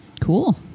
Cool